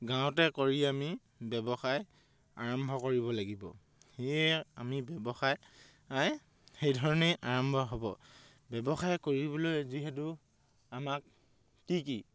গাঁৱতে কৰি আমি ব্যৱসায় আৰম্ভ কৰিব লাগিব সেয়ে আমি ব্যৱসায় সেইধৰণেই আৰম্ভ হ'ব ব্যৱসায় কৰিবলৈ যিহেতু আমাক কি কি